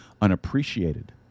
unappreciated